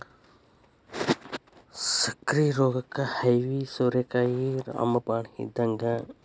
ಸಕ್ಕ್ರಿ ರೋಗಕ್ಕ ಐವಿ ಸೋರೆಕಾಯಿ ರಾಮ ಬಾಣ ಇದ್ದಂಗ